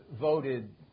voted